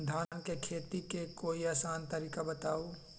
धान के खेती के कोई आसान तरिका बताउ?